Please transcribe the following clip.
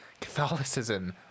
Catholicism